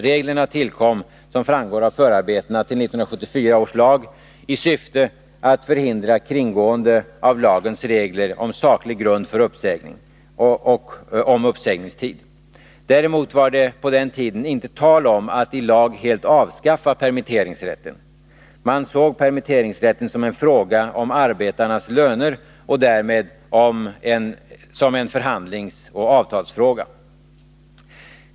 Reglerna tillkom, som framgår av förarbetena till 1974 års lag, i syfte att förhindra kringgående av lagens regler om saklig grund för uppsägning och om uppsägningstid. Däremot var det på den tiden inte tal om att i lag helt avskaffa permitteringsrätten. Man såg permitteringsrätten som en fråga om arbetarnas löner och därmed som en förhandlingsoch avtalsfråga.